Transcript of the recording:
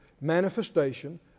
manifestation